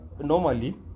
Normally